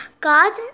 God